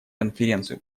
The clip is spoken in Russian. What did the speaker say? конференцию